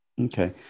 Okay